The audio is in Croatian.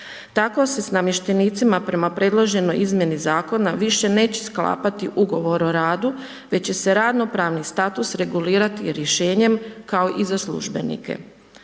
Tako se s namještenicima prema predloženoj izmjeni zakona više neće sklapati ugovor o radu, već će se radno pravni status regulirati rješenjem kao i za službenike.